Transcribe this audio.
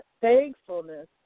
thankfulness